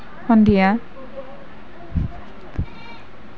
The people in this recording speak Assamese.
সন্ধিয়া